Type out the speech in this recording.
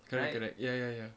correct correct ya ya ya